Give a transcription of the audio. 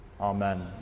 Amen